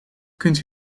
kunt